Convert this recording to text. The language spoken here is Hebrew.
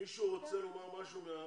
מישהו מהאורחים רוצה לומר משהו?